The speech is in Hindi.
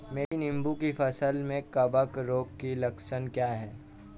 मेरी नींबू की फसल में कवक रोग के लक्षण क्या है?